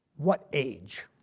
what age?